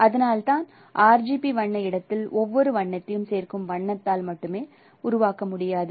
அதனால்தான் RGB வண்ண இடத்தில் ஒவ்வொரு வண்ணத்தையும் சேர்க்கும் வண்ணத்தால் மட்டுமே உருவாக்க முடியாது